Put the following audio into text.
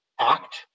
act